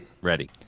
Ready